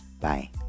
bye